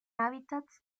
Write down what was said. hábitats